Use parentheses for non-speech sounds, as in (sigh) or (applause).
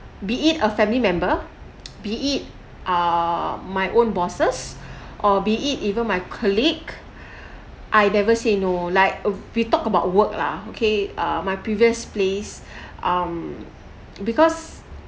be it a family member be it err my own bosses (breath) or be it even my colleague (breath) I never say no like uh we talk about work lah okay uh my previous place (breath) um because